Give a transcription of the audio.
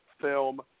film